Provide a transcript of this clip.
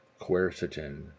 quercetin